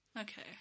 Okay